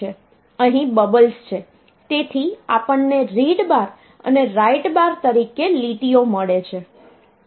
અહીં બબલ્સ છે તેથી આપણને રીડ બાર અને રાઈટ બાર તરીકે લીટીઓ મળે છે